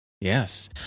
Yes